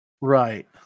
Right